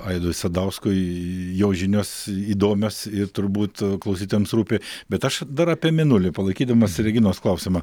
aidui sadauskui jo žinios įdomios ir turbūt klausytojams rūpi bet aš dar apie mėnulį palaikydamas reginos klausimą